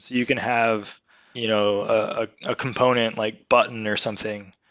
you can have you know ah a component, like button or something,